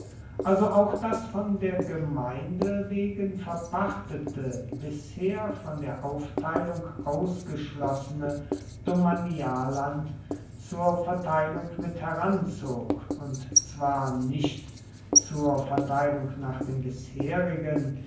also auch das von gemeinde wegen verpachtete bisher von der aufteilung ausgeschlossene domanialland zur verteilung mitheranzog und zwar nicht zur verteilung nach dem bisherigen